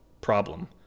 problem